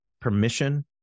permission